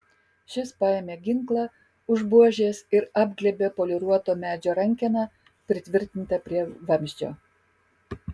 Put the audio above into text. šis paėmė ginklą už buožės ir apglėbė poliruoto medžio rankeną pritvirtintą prie vamzdžio